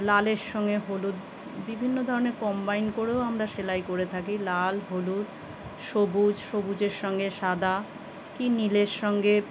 লালের সঙ্গে হলুদ বিভিন্ন ধরনের কম্বাইন করেও আমরা সেলাই করে থাকি লাল হলুদ সবুজ সবুজের সঙ্গে সাদা কী নীলের সঙ্গে